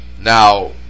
Now